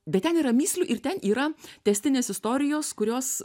bet ten yra mįslių ir ten yra tęstinės istorijos kurios